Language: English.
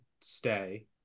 stay